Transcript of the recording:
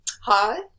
hi